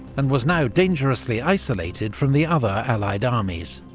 and was now dangerously isolated from the other allied armies.